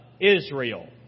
Israel